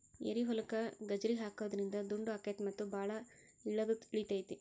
ಏರಿಹೊಲಕ್ಕ ಗಜ್ರಿ ಹಾಕುದ್ರಿಂದ ದುಂಡು ಅಕೈತಿ ಮತ್ತ ಬಾಳ ಇಳದು ಇಳಿತೈತಿ